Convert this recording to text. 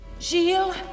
Gilles